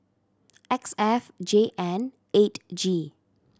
X F J N eight G